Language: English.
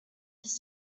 this